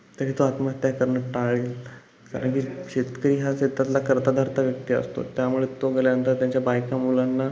तरी तो आत्महत्या करणं टाळेल कारण की शेतकरी हा शेतातला कर्ता धर्ता व्यक्ती असतो त्यामुळं तो गेल्यानंतर त्याच्या बायका मुलांना